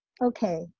Okay